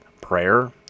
prayer